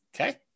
Okay